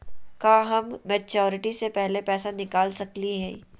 का हम मैच्योरिटी से पहले पैसा निकाल सकली हई?